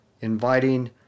inviting